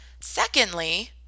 Secondly